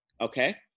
Okay